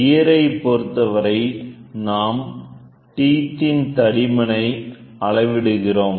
கீயரை பொருத்தவரை நாம்டீத் இன் தடிமனை அளவிடுகிறோம்